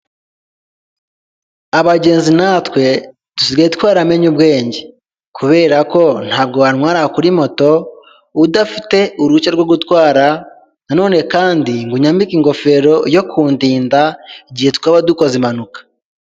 Abagenzi natwe dusigaye twaramenye ubwenge, kubere ko ntabwo wantwara kuri moto udafite uruhushya rwo gutwara na none kandi ngo unyambike ingofero yo kundinda igihe twaba dukoze impanuka.